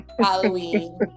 halloween